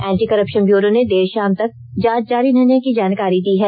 anti corruption bureau ने देर शाम तक जांच जारी रहने की जानकॉरी दी है